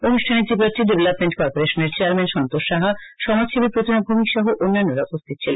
অনু ষ্ঠানে Tripura tea development কর্পে ারেশনের চেয়ারম্যান সন্তোষ সাহা সমাজসেবী প্রতিমা ভৌমিক সহ বিশিষ্ট জনের উপস্থিত ছিলেন